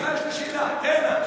אדוני סגן השר, יש לי שאלה.